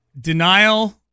denial